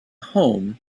home